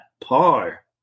par